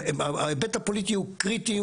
ההיבט הפוליטי הוא קריטי,